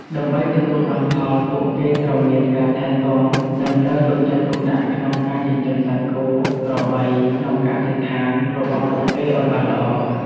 ដើម្បីទទួលបានផល ពួកគេត្រូវមាន ការថែទាំ និងត្រូវយកចិត្តទុកដាក់ក្នុងការចិញ្ចឹមសត្វ គោ ក្របីក្នុងកសិដ្ឋានរបស់ពួកគេអោយបានល្អ។